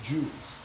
Jews